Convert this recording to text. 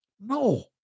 no